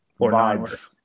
Vibes